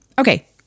Okay